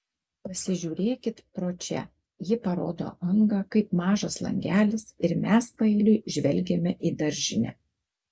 pasižiūrėkit pro čia ji parodo angą kaip mažas langelis ir mes paeiliui žvelgiame į daržinę